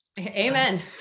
Amen